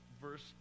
verse